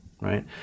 Right